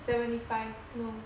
that's seventy five no